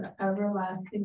everlasting